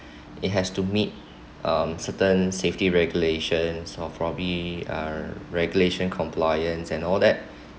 it has to meet um certain safety regulations of probably uh regulation compliance and all that